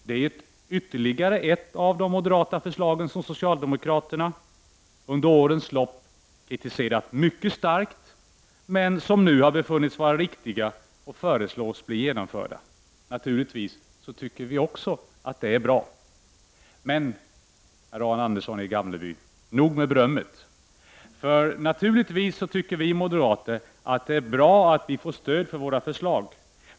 Detta är ytterligare ett av de moderata förslag som socialdemokraterna under årens lopp kritiserat mycket starkt, men som nu har befunnits vara riktiga och föreslås bli genomförda. Naturligtvis tycker vi att också det är bra. Men, herr Arne Andersson i Gamleby, nog med berömmet. Naturligtvis tycker vi moderater att det är bra att vi får stöd för våra förslag.